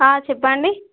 చెప్పండి